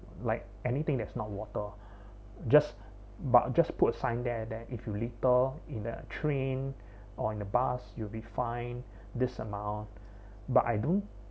like anything that's not water just but just put a sign there that if you litter in the train or in the bus you'll be fined this amount but I don't